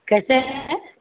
कैसे है